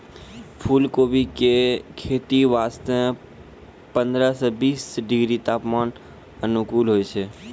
फुलकोबी के खेती वास्तॅ पंद्रह सॅ बीस डिग्री तापमान अनुकूल होय छै